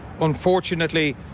Unfortunately